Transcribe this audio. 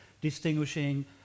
distinguishing